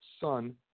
son